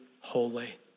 holy